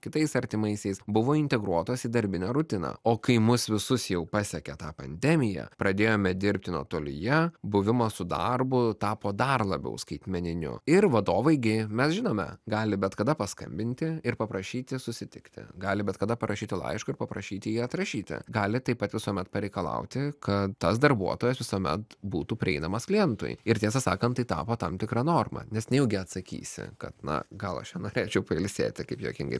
kitais artimaisiais buvo integruotos į darbinę rutiną o kai mus visus jau pasiekė ta pandemija pradėjome dirbti nuotolyje buvimas su darbu tapo dar labiau skaitmeniniu ir vadovai gi mes žinome gali bet kada paskambinti ir paprašyti susitikti gali bet kada parašyti laišką ir paprašyti į jį atrašyti gali taip pat visuomet pareikalauti kad tas darbuotojas visuomet būtų prieinamas klientui ir tiesą sakant tai tapo tam tikra norma nes nejaugi atsakysi kad na gal aš čia norėčiau pailsėti kaip juokingai